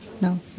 No